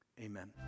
Amen